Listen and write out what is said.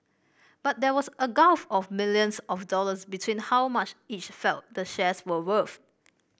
but there was a gulf of millions of dollars between how much each felt the shares were worth